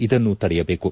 ಇದನ್ನು ತಡೆಯಬೇಕು